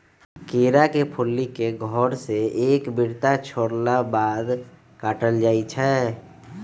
केरा के फुल्ली के घौर से एक बित्ता छोरला के बाद काटल जाइ छै